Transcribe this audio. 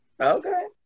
Okay